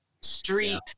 street